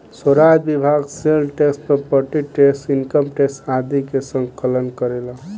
राजस्व विभाग sale tax property tax income tax आदि के संकलन करेला